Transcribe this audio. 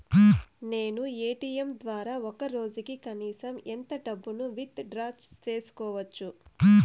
నేను ఎ.టి.ఎం ద్వారా ఒక రోజుకి కనీసం ఎంత డబ్బును విత్ డ్రా సేసుకోవచ్చు?